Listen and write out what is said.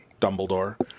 Dumbledore